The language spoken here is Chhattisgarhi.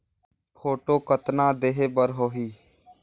फोटो कतना देहें बर होहि?